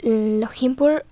Lakhimpur